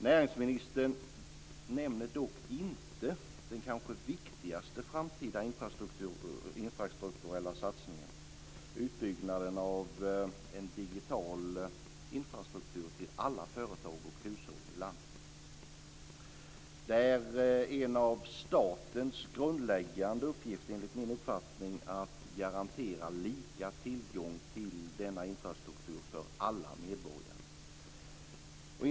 Näringsministern nämner dock inte den kanske viktigaste framtida infrastrukturella satsningen, utbyggnaden av en digital infrastruktur till alla företag och hushåll i landet. Det är enligt min uppfattning en av statens grundläggande uppgifter att garantera lika tillgång till denna infrastruktur för alla medborgare.